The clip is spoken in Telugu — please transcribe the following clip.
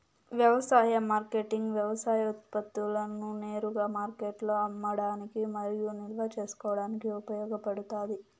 వ్యవసాయ మార్కెటింగ్ వ్యవసాయ ఉత్పత్తులను నేరుగా మార్కెట్లో అమ్మడానికి మరియు నిల్వ చేసుకోవడానికి ఉపయోగపడుతాది